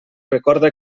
recorda